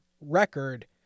record